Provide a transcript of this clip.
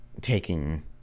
taking